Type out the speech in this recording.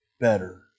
better